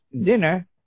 dinner